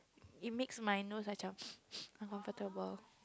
it makes my nose uncomfortable